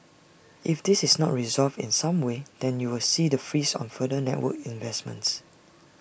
if this is not resolved in some way then you will see the freeze on further network investments